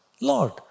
Lord